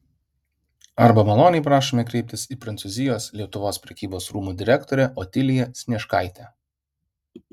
arba maloniai prašome kreiptis į prancūzijos lietuvos prekybos rūmų direktorę otiliją snieškaitę